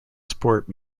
sport